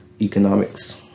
economics